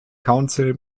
council